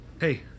Hey